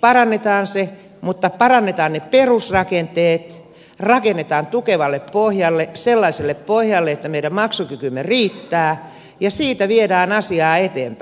parannetaan se mutta parannetaan ne perusrakenteet rakennetaan tukevalle pohjalle sellaiselle pohjalle että meidän maksukykymme riittää ja siitä viedään asiaa eteenpäin